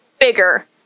bigger